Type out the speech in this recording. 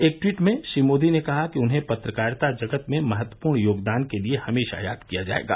एक ट्वीट में श्री मोदी ने कहा कि उन्हें पत्रकारिता जगत में महत्वपूर्ण योगदान के लिए हमेशा याद किया जाएगा